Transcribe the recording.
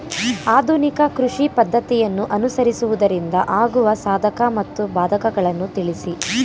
ಆಧುನಿಕ ಕೃಷಿ ಪದ್ದತಿಯನ್ನು ಅನುಸರಿಸುವುದರಿಂದ ಆಗುವ ಸಾಧಕ ಮತ್ತು ಬಾಧಕಗಳನ್ನು ತಿಳಿಸಿ?